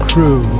crew